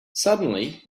suddenly